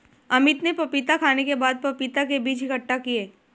अमित ने पपीता खाने के बाद पपीता के बीज इकट्ठा किए